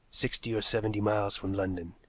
sixty or seventy miles from london,